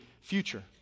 future